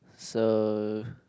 so